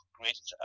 great